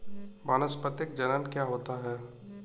वानस्पतिक जनन क्या होता है?